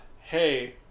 hey